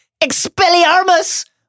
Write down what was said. Expelliarmus